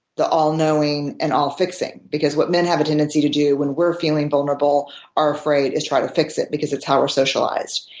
the all-knowing and all-fixing. because what men have a tendency to do when we're feeling vulnerable or afraid is try to fix it, because it's how we're socialized.